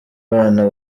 abana